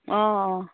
অঁ অঁ